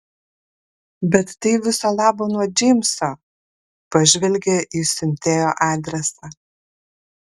bet tai viso labo nuo džeimso pažvelgė į siuntėjo adresą